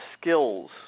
skills